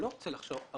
הוא לא רוצה לחשוב.